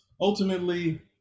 ultimately